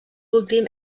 últim